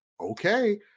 okay